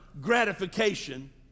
gratification